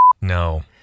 No